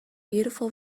beautiful